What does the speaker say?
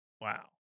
Wow